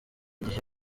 gihe